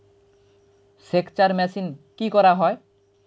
সেকচার মেশিন কি করা হয়?